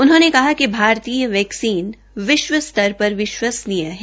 उन्होंने कहा कि भारतीय वैक्सीन विष्व स्तर पर विष्वसनीय है